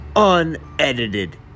Unedited